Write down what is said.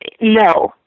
no